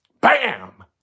Bam